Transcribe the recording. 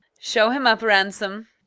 show him up, ransome.